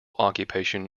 occupation